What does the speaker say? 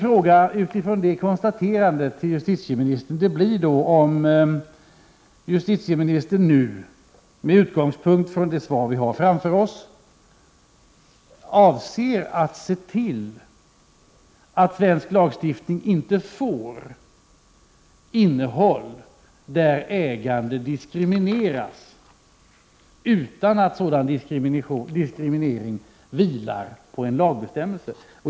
Utifrån detta konstaterande är min fråga till justitieministern om hon, med utgångspunkt i svaret, avser att se till att svensk lagstiftning inte får ett innehåll som innebär att ägande diskrimineras utan att sådan diskriminering vilar på en lagbestämmelse.